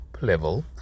level